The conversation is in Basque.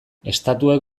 estatuek